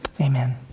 amen